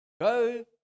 Go